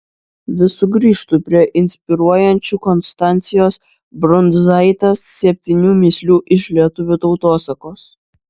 vis sugrįžtu prie inspiruojančių konstancijos brundzaitės septynių mįslių iš lietuvių tautosakos